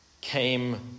came